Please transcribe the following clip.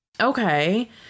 okay